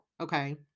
okay